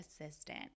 assistant